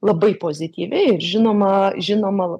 labai pozityvi ir žinoma žinoma